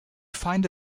find